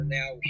now